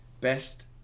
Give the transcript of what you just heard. Best